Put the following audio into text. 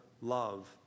love